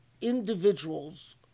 individuals